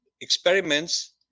experiments